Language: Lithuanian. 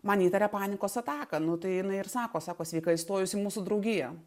man įtaria panikos ataką nu tai jinai ir sako sako sveika įstojus į mūsų draugiją